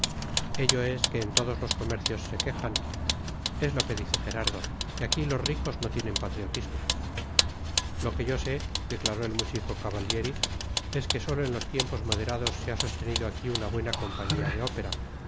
ello es que en todos los comercios se quejan es lo que dice gerardo que aquí los ricos no tienen patriotismo lo que yo sé declaró el músico cavallieri es que sólo en los tiempos moderados se ha sostenido aquí una buena compañía de ópera